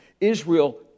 Israel